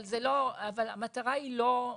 אבל המטרה היא לא,